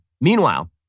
Meanwhile